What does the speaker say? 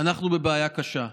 אנחנו בבעיה קשה.